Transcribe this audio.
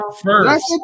first